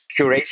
curation